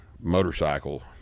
motorcycle